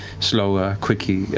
slower, quickly,